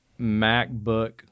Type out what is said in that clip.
MacBook –